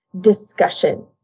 discussion